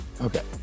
Okay